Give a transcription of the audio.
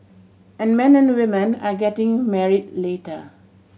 and men and women are getting married later